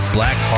Black